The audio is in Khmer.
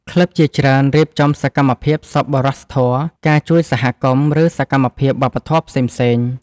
ក្លឹបជាច្រើនរៀបចំសកម្មភាពសប្បុរសធម៌ ការជួយសហគមន៍ ឬសកម្មភាពវប្បធម៌ផ្សេងៗ